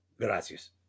gracias